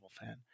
fan